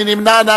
מי נמנע?